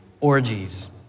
orgies